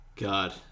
God